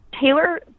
Taylor